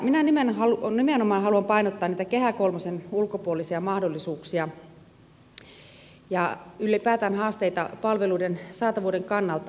minä nimenomaan haluan painottaa niitä kehä kolmosen ulkopuolisia mahdollisuuksia ja ylipäätään haasteita palveluiden saatavuuden kannalta